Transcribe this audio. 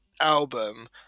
album